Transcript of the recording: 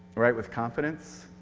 write with confidence.